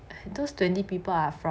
those twenty people are from